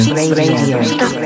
Radio